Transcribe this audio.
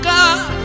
God